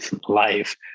life